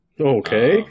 okay